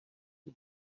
too